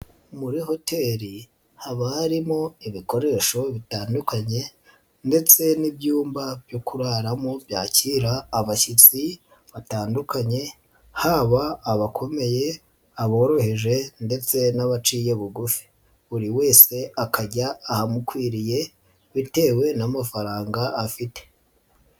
Muri hoteli haba harimo ibikoresho bitandukanye ndetse n'ibyumba byo kuraramo byakira abashyitsi batandukanye, haba abakomeye, aboroheje ndetse n'abaciye bugufi. Buri wese akajya ahamukwiriye bitewe n'amafaranga afite.